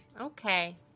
Okay